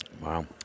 Wow